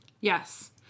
Yes